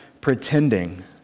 pretending